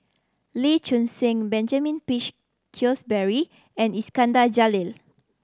Lee Choon Seng Benjamin Peach Keasberry and Iskandar Jalil